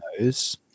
knows